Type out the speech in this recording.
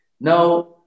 Now